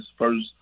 First